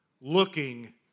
looking